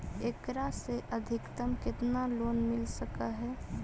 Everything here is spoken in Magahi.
एकरा से अधिकतम केतना लोन मिल सक हइ?